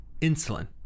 insulin